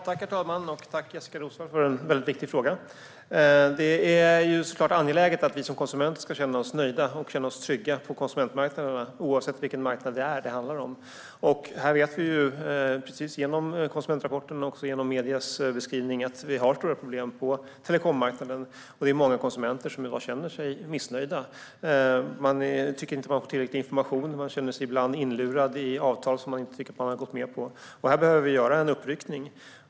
Herr talman! Jag tackar Jessika Roswall för en väldigt viktig fråga. Det är såklart angeläget att vi som konsumenter ska känna oss nöjda och trygga på konsumentmarknaderna, oavsett vilken marknad det handlar om. Vi vet genom konsumentrapporten och även mediers beskrivningar att vi har stora problem på telekommarknaden. Det är många konsumenter som i dag känner sig missnöjda. Man tycker inte att man får tillräckligt med information och känner sig ibland inlurad i avtal som man inte tycker att man har gått med på. Här behöver vi göra en uppryckning.